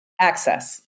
Access